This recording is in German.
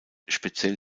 speziell